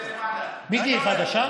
מיקי, היא חדשה?